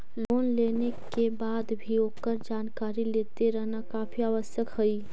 loan लेवे के बाद भी ओकर जानकारी लेते रहना काफी आवश्यक हइ